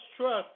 trust